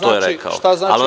To je rekao.